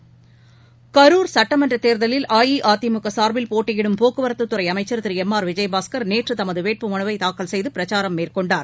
தேர்தல் round up Karur சுட்டமன்றத் தேர்தலில் அஇஅதிமுகசார்பில் போட்டியிடும் போக்குவரத்துத்துறைஅமைச்சர் திருளம் ஆர் விஜயபாஸ்கர் நேற்றுதமதுவேட்பு மனுவைதாக்கல் செய்துபிரச்சாரம் மேற்கொண்டார்